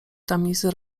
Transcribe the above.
tamizy